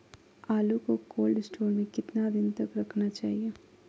आलू को cold store में कितना दिन तक रखना चाहिए?